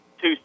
two